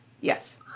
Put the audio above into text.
Yes